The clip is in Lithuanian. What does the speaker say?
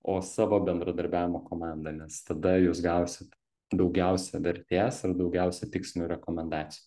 o savo bendradarbiavimo komandą nes tada jūs gausit daugiausia vertės ir daugiausia tikslinių rekomendacijų